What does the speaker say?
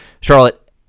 Charlotte